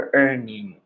earning